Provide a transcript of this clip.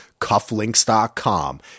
CuffLinks.com